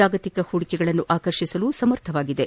ಜಾಗತಿಕ ಹೂಡಿಕೆಗಳನ್ನು ಆಕರ್ಷಿಸಲು ಸಮರ್ಥವಾಗಿದೆ